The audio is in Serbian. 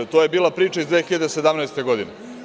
To je bila priča iz 2017. godine.